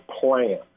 plan